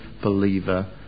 believer